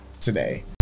today